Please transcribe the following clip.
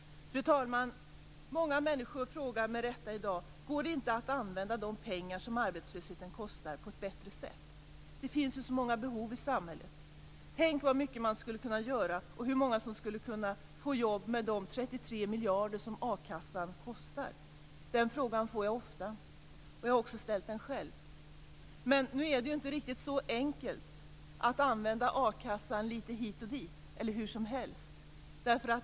Fru talman! Många människor frågar med rätta i dag: Går det inte att använda de pengar som arbetslösheten kostar på ett bättre sätt? Det finns ju så många behov i samhället. Tänk vad mycket man skulle kunna göra och hur många som skulle kunna få jobb med de 33 miljarder som a-kassan kostar. Den frågan får jag ofta, och jag har också själv ställt den. Men det är inte riktigt så enkelt att man kan använda a-kassan hit och dit eller hur som helst.